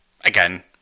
again